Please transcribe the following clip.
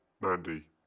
Mandy